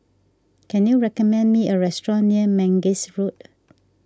can you recommend me a restaurant near Mangis Road